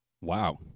Wow